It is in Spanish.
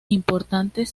importante